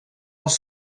els